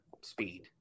speed